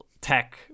tech